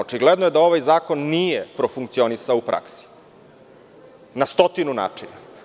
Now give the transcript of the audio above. Očigledno je da ovaj zakon nije profunkcionisao u praksi, na stotinu načina.